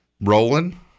rolling